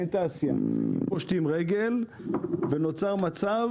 אין תעשיה, פושטים רגל ונוצר מצב